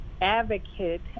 advocate